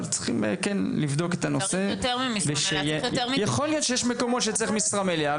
אבל צריך לבדוק את הנושא --- צריך יותר ממשרה מלאה.